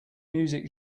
music